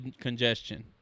congestion